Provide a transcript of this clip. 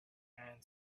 and